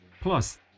Plus